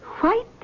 white